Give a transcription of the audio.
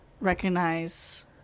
recognize